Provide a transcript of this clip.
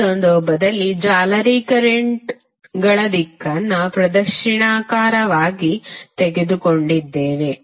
ಈ ಸಂದರ್ಭದಲ್ಲಿ ಜಾಲರಿ ಕರೆಂಟ್ಗಳ ದಿಕ್ಕನ್ನು ಪ್ರದಕ್ಷಿಣಾಕಾರವಾಗಿ ತೆಗೆದುಕೊಂಡಿದ್ದೇವೆ